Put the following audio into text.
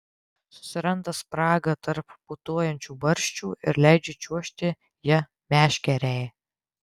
susiranda spragą tarp putojančių barščių ir leidžia čiuožti ja meškerei